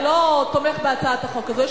אתה לא תומך בהצעת החוק הזאת,